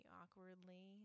awkwardly